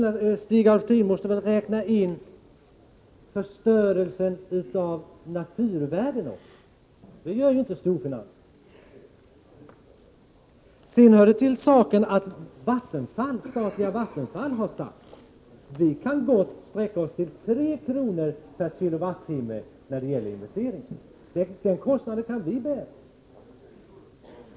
Men Stig Alftin måste väl också räkna in förstörelsen av naturvärdena. Det gör inte storfinansen. Sedan hör det till saken att statliga Vattenfall har sagt att man gott kan sträcka sig till 3 kr. per kWh; man säger sig kunna bära den kostnaden.